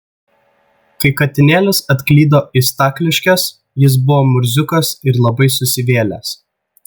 kai katinėlis atklydo į stakliškes jis buvo murziukas ir labai susivėlęs